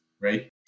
right